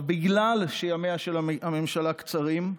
בגלל שימיה של הממשלה קצרים,